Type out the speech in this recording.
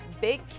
big